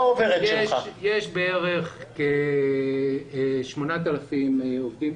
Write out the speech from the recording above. יש בערך 8,000 עובדים,